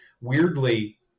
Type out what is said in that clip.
Weirdly